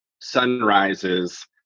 sunrises